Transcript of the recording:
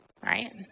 right